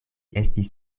estis